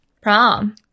prom